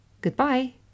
Goodbye